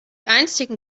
einstigen